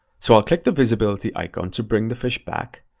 so i'll click the visibility icon to bring the fish back,